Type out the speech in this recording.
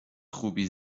خوبی